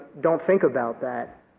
don't-think-about-that